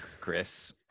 Chris